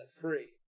free